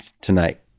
tonight